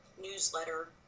newsletter